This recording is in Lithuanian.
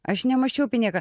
aš nemasčiau apie nieką